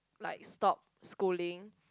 like stop schooling